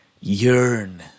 yearn